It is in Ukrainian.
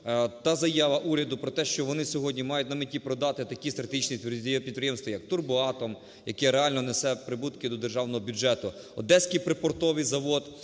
та заява уряду про те, що вони сьогодні мають на меті продати такі стратегічні підприємства, як "Турбоатом", яке реально несе прибутки до державного бюджету; Одеський припортовий завод,